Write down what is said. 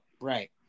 right